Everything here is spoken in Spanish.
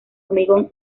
hormigón